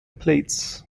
plates